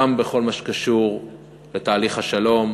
גם בכל מה שקשור לתהליך השלום,